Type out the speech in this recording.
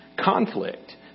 conflict